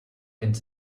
into